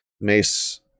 Mace